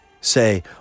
say